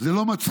זה לא מצחיק.